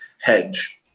hedge